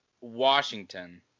Washington